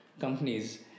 companies